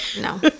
No